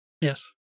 yes